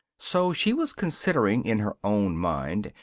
so she was considering in her own mind,